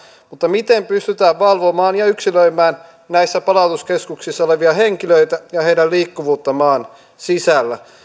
mutta miten pystytään valvomaan ja yksilöimään näissä palautuskeskuksissa olevia henkilöitä ja heidän liikkuvuuttaan maan sisällä